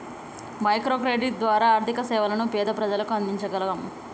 micro credit ద్వారా ఆర్థిక సేవలను పేద ప్రజలకు అందించగలం